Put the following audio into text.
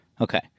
Okay